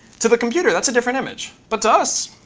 to the computer, that's a different image. but to us,